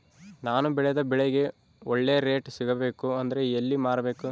ನಾನು ಬೆಳೆದ ಬೆಳೆಗೆ ಒಳ್ಳೆ ರೇಟ್ ಸಿಗಬೇಕು ಅಂದ್ರೆ ಎಲ್ಲಿ ಮಾರಬೇಕು?